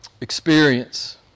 experience